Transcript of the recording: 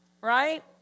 right